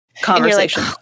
Conversation